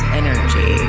energy